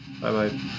bye-bye